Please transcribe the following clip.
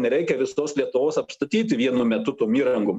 nereikia visos lietuvos apstatyti vienu metu tom įrangom